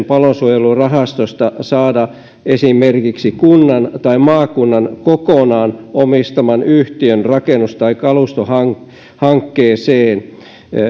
palosuojelurahastosta saada rakentamisavustuksen esimerkiksi kunnan tai maakunnan kokonaan omistaman yhtiön rakennus tai kalustohankkeeseen